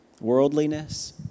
worldliness